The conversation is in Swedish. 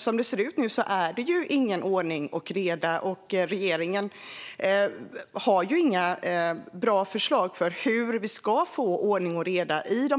Men som det ser ut nu är det ingen ordning och reda, och regeringen har inga bra förslag på hur vi ska få ordning och reda i